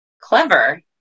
Clever